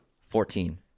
Fourteen